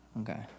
Okay